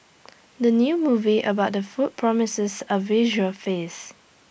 the new movie about the food promises A visual feast